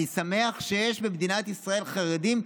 אני שמח שיש במדינת ישראל חרדים,